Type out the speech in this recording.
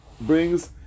brings